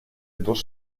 dos